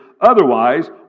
otherwise